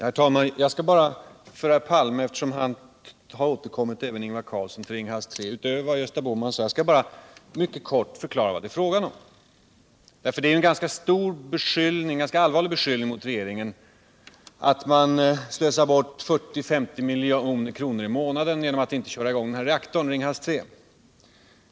Herr talman! Jag skall bara för Olof Palme och Ingvar Carlsson, eftersom de åter har tagit upp Ringhals 3, utöver vad Gösta Bohman har anfört mycket kort förklara vad det är fråga om. Det är ju en ganska allvarlig beskyllning som har riktats mot regeringen att den skulle slösa bort 40-50 milj.kr. i månaden genom att inte köra i gång reaktorn vid Ringhals 3.